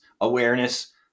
awareness